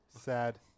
Sad